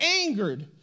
angered